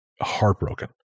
heartbroken